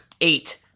Eight